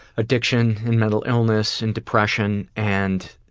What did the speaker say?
addiction and mental illness and depression and